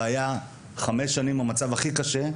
והיה חמש שנים במצב הכי קשה.